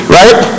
right